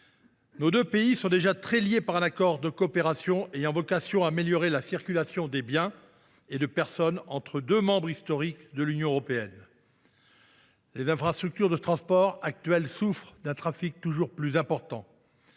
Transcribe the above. Nos deux pays sont déjà très liés par un accord de coopération ayant vocation à améliorer la circulation des biens et des personnes entre deux membres historiques de l’Union européenne. Les infrastructures de transport actuelles souffrent d’un trafic toujours plus important.